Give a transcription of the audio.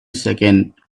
second